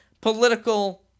political